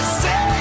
say